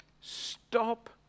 Stop